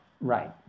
Right